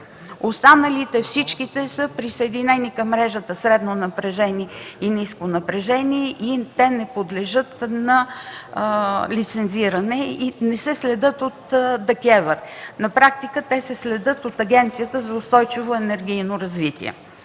останали са присъединени към мрежите „средно напрежение” и „ниско напрежение” и те не подлежат на лицензиране, не се следят от ДКЕВР. На практика те се следят от Агенцията за устойчиво енергийно развитие.